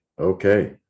Okay